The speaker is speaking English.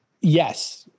yes